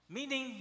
Meaning